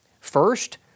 First